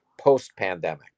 post-pandemic